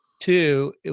Two